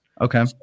Okay